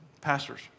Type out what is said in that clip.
pastors